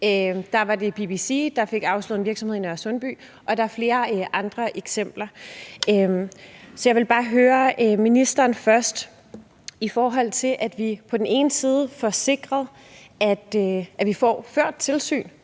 Da var det BBC, der fik afsløret en virksomhed i Nørre Sundby, og der er flere andre eksempler. Så jeg vil bare høre ministeren først i forhold til, at vi får sikret, at vi får ført tilsyn